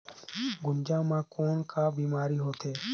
गुनजा मा कौन का बीमारी होथे?